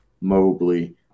Mobley